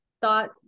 thought